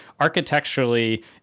architecturally